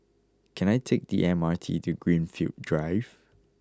can I take the M R T to Greenfield Drive